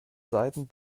seiten